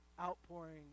outpouring